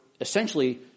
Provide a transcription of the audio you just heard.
essentially